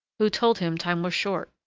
who told him time was short.